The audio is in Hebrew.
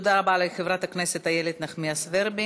תודה רבה לחברת הכנסת איילת נחמיאס ורבין.